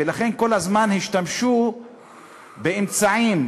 ולכן כל הזמן השתמשו באמצעים והגבלות,